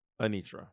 Anitra